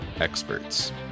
experts